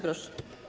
Proszę.